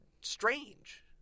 strange